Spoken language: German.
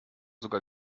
sogar